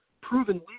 proven